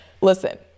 listen